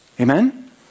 Amen